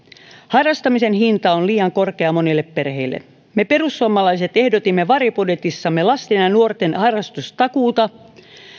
harrastamisen hinta on liian korkea monille perheille me perussuomalaiset ehdotimme varjobudjetissamme lasten ja nuorten harrastustakuuta